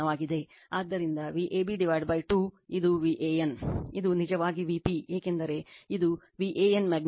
ಆದ್ದರಿಂದ Vab 2 ಇದು Van ಇದು ನಿಜವಾಗಿ Vp ಏಕೆಂದರೆ ಇದು Van ಮ್ಯಾಗ್ನಿಟ್ಯೂಡ್ ಆದ್ದರಿಂದ ಇದು Van Vp